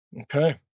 Okay